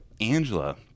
Angela